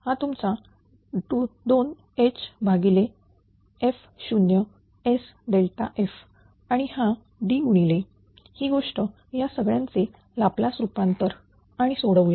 हा तुमचा 2Hf0sf आणि हा D गुणिले ही गोष्ट या सगळ्यांचे लाप्लास रूपांतर आणि सोडवू या